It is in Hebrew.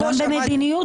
מדיניות